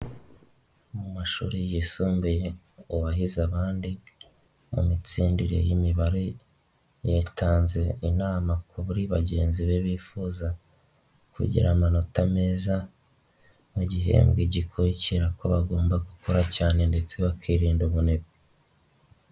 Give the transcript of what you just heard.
Mu mashuri yisumbuye, uwahize abandi, mu mitsindire y'imibare, yatanze inama kuri bagenzi be bifuza, kugira amanota meza, mu gihembwe gikurikira ko bagomba gukora cyane ndetse bakirinda ubunebwe.